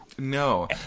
No